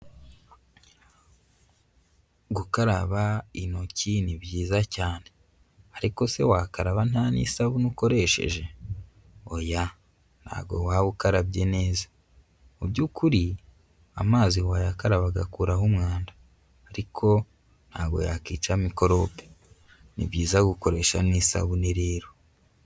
Gukaraba intoki ni byiza cyane. Ariko se wakaraba nta n'isabune ukoresheje? Oya ntago waba ukarabye neza. Mu by'ukuri amazi wayakaraba agakuraho umwanda ariko ntago yakica mikorobe. Ni byiza gukoresha n'isabune rero.